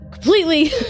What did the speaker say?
completely